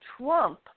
Trump